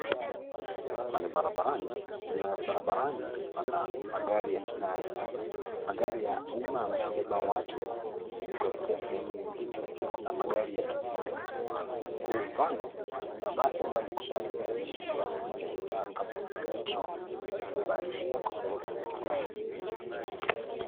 Hapa ni barabarani, na barabarani pana magari ya kila aina .Magari ya umma yanayobeba watu kuelekea sehemu nyingine na pia kuna magari ya kibinafsi. Kwa mfano, kuna basi ambalo liko pale mbele ambalo ni ya kampuni ya Metro imeweza kubeba abiria kuwapeleka katika mji.